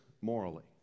morally